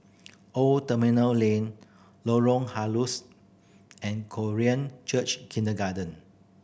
Old Terminal Lane Lorong Halus and Korean Church Kindergarten